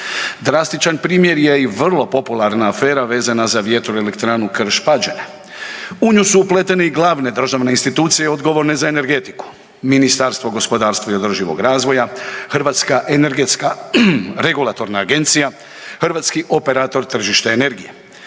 Drastičan primjer je i vrlo popularna afera vezana za vjetroelektranu Krš-Pađene. U nju su upletene i glavne državne institucije odgovorne za energetiku, Ministarstvo gospodarstva i održivog razvoja, HERA, Hrvatski operator tržišta energije.